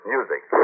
Music